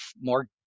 more